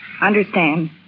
Understand